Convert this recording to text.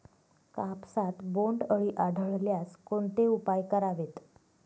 कापसात बोंडअळी आढळल्यास कोणते उपाय करावेत?